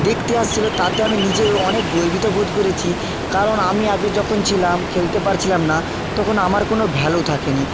দেখ তে আসছিলো তাতে আমি নিজে অনেক গর্বিত বোধ করেছি কারণ আমি আগে যখন ছিলাম খেলতে পারছিলাম না তখন আমার কোনো ভ্যালু থাকেনি